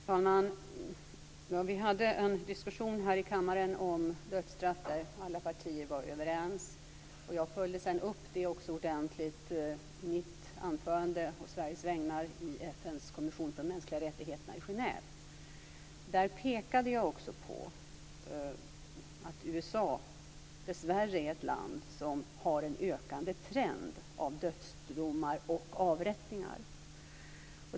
Fru talman! Vi hade en diskussion här i kammaren om dödsstraff, där alla partier var överens. Jag följde upp det ordentligt i mitt anförande å Sveriges vägnar i Genève. Där pekade jag också på att USA dessvärre är ett land som har en trend av ökat antal dödsdomar och avrättningar.